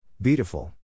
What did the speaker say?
Beautiful